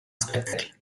spectacle